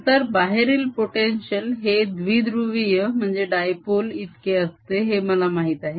नंतर बाहेरील potential हे द्विध्रुवीय इतके असते हे मला माहित आहे